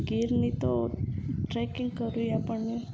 ગીરની તો ટ્રેકિંગ કરવી આપણને